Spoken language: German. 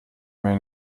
mir